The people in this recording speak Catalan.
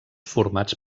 formats